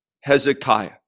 Hezekiah